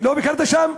לא ביקרת שם?